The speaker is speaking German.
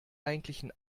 eigentlichen